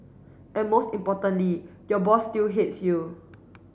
and most importantly your boss still hates you